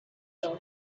talk